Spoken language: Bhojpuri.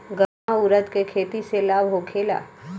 गर्मा उरद के खेती से लाभ होखे ला?